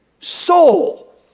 soul